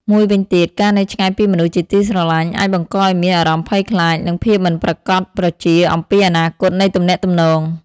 ការបកស្រាយខុសក៏អាចកើតមានឡើងផងដែរ ដោយសារខ្វះបរិបទនៃការសន្ទនាផ្ទាល់។